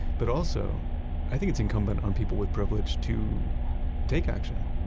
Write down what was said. but also i think it's incumbent on people with privilege to take action.